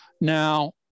Now